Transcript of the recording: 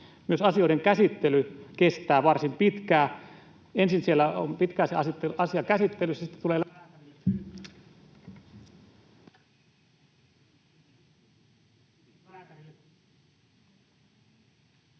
Myös asioiden käsittely kestää varsin pitkään: ensin siellä on pitkään se asia käsittelyssä, sitten tulee lääkärille pyyntö...